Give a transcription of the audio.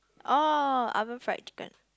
oh oven fried chicken